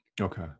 Okay